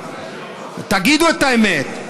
תגידו את האמת.